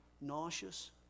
nauseous